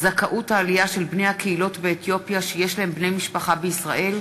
זכאות העלייה של בני הקהילות באתיופיה שיש להם בני משפחה בישראל,